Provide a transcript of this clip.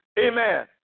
Amen